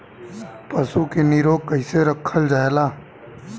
पशु के निरोग कईसे रखल जाला?